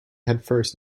headfirst